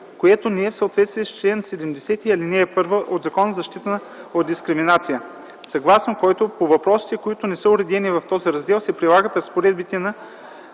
което не е в съответствие с чл. 70, ал. 1 от Закона за защита от дискриминация, съгласно който по въпросите, които не са уредени в този раздел, се прилагат разпоредбите на